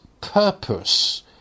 purpose